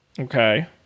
Okay